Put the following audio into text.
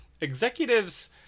Executives